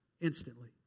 instantly